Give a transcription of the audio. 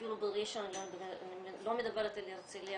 אפילו בראשון, אני לא מדברת על הרצליה